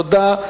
תודה.